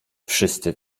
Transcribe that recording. wszyscy